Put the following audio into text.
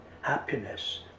happiness